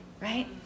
right